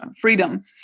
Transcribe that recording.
freedom